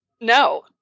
No